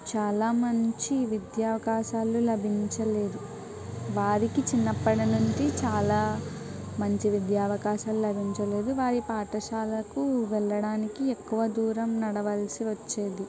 చాలా మంచి విద్యా అవకాశాలు లభించలేదు వారికి చిన్నప్పటినుండి చాలా మంచి విద్యా అవకాశాలు లభించలేదు వారి పాఠశాలకు వెళ్లడానికి ఎక్కువ దూరం నడవవలసి వచ్చేది